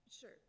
Sure